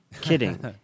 kidding